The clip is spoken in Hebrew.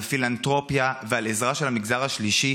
על פילנתרופיה ועל עזרה של המגזר השלישי.